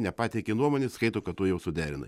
nepateikei nuomonės skaito kad tu jau suderinai